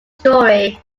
story